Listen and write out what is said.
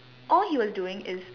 all he was doing is